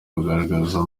bagaragazaga